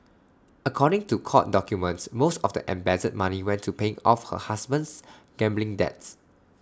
according to court documents most of the embezzled money went to paying off her husband's gambling debts